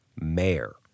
Mayor